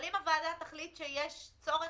אבל אם הוועדה תחליט שיש צורך,